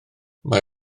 mae